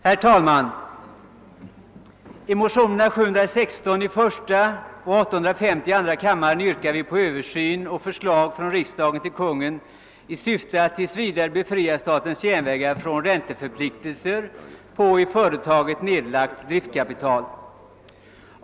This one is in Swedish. Herr talman! I de likalydande motionerna I:716 och 1I1:850 yrkar vi på översyn och förslag i syfte att tills vi: dare befria statens järnvägar från ränteförpliktelser för i företaget nedlagt driftkapital.